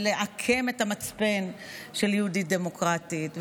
ולעקם את המצפן של יהודית-דמוקרטית,